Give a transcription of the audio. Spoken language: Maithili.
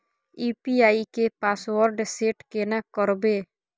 यु.पी.आई के पासवर्ड सेट केना करबे?